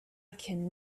can